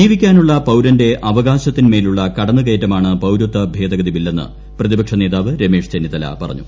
ജീവിക്കാനുള്ള പൌരന്റെ അവകാശത്തിനു മേലുള്ള കടന്നുകയറ്റമാണ് പൌരത്വ ഭേദഗതി നിയമം എന്ന് പ്രതിപക്ഷ നേതാവ് രമേശ് ചെന്നിത്തല പ്രതികരിച്ചു